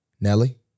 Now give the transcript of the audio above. Nelly